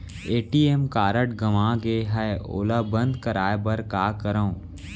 ATM card गंवा गे है ओला बंद कराये बर का करंव?